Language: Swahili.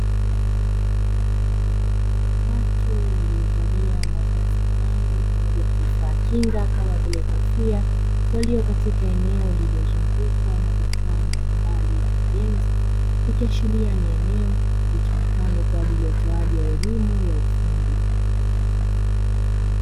Watu waliovalia mavazi maalumu pamoja na vifaa kinga; kama vile kofia, waliokatika eneo lililozungukwa na vifaa mbalimbali vya ujenzi, ikiashiria ni eneo litumikalo kwa ajili ya utoaji wa elimu ya ufundi.